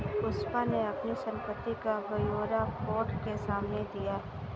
पुष्पा ने अपनी संपत्ति का ब्यौरा कोर्ट के सामने दिया